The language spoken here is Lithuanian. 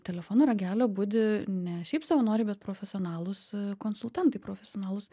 telefono ragelio budi ne šiaip savanoriai bet profesionalūs konsultantai profesionalūs